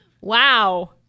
Wow